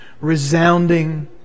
Resounding